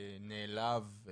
נעלב,